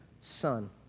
Son